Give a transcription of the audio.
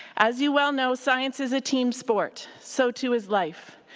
as you well know, science is a team spot. so too is life.